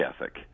ethic